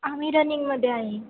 आम्ही रनिंगमध्ये आहे